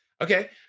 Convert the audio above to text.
Okay